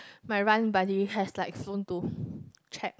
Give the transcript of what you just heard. my run buddy has like flown to track